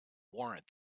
warrant